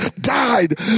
died